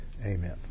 Amen